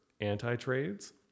anti-trades